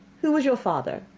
who was your father?